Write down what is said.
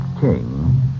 King